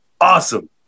awesome